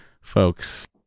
folks